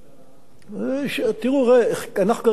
תראה, אנחנו כרגע מתעסקים בנושא חירום.